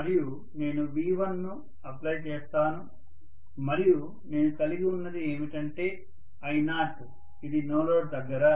మరియు నేను V1 ను అప్లై చేస్తాను మరియు నేను కలిగి ఉన్నది ఏమిటంటే I0 ఇది నో లోడ్ దగ్గర